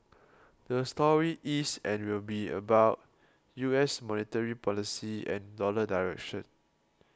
the story is and will be about U S monetary policy and dollar direction